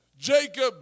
Jacob